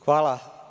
Hvala.